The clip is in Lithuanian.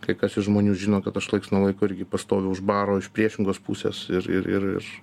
kai kas iš žmonių žino kad aš laiks nuo laiko irgi pastoviu už baro iš priešingos pusės ir ir ir ir